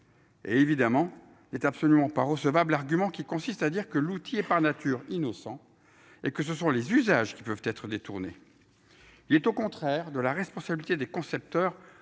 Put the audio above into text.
Est évidemment est absolument pas recevable l'argument qui consiste à dire que l'outil est par nature innocent et que ce sont les usages qui peuvent être détournées. Il est au contraire de la responsabilité des concepteurs